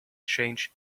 change